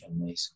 Amazing